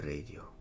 Radio